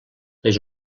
les